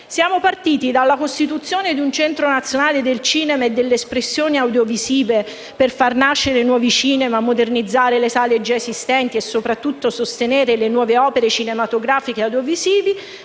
Siamo partiti dalla costituzione di un Centro nazionale del cinema e delle espressioni audiovisive, per far nascere nuovi cinema, modernizzare le sale già esistenti e soprattutto sostenere le nuove opere cinematografiche e audiovisive,